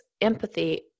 empathy